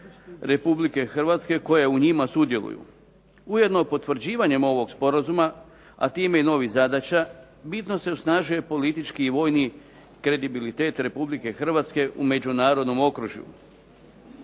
Republike Hrvatske koje u njima sudjeluju. Ujedno, potvrđivanjem ovog sporazuma, a time i novih zadaća bitno se osnažuje politički i vojni kredibilitet Republike Hrvatske u međunarodnom okružju.